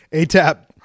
ATAP